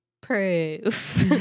proof